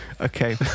Okay